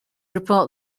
report